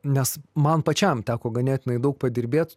nes man pačiam teko ganėtinai daug padirbėt